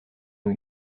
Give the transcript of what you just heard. new